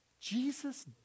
Jesus